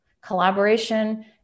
collaboration